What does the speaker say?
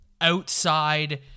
outside